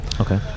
Okay